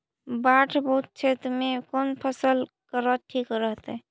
बाढ़ बहुल क्षेत्र में कौन फसल करल ठीक रहतइ?